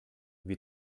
wie